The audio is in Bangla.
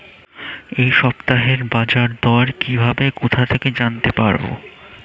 এই সপ্তাহের বাজারদর কিভাবে কোথা থেকে জানতে পারবো?